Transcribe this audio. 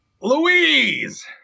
Louise